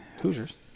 Hoosiers